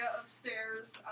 upstairs